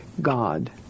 God